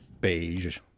beige